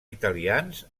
italians